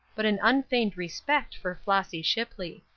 but an unfeigned respect for flossy shipley.